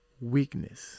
weakness